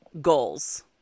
goals